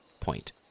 point